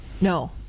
No